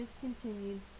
discontinued